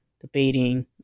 debating